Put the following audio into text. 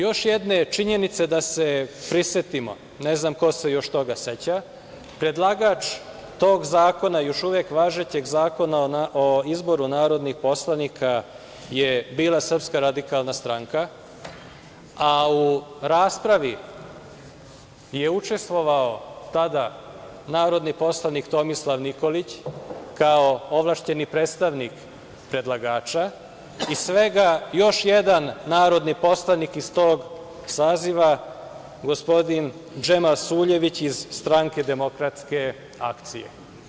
Još jedna je činjenica da se prisetimo, ne znam ko se još toga seća, predlagač tog zakona, još uvek važećeg Zakona o izboru narodnih poslanika, bila je Srpska radikalna stranka, a u raspravi je učestvovao tada narodni poslanik Tomislav Nikolić kao ovlašćeni predstavnik predlagača i svega još jedan narodni poslanik iz tog saziva gospodin Džemail Suljević iz Stranke demokratske akcije.